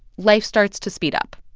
life starts to speed up.